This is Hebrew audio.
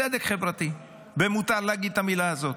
צדק חברתי, ומותר להגיד את המילה הזאת.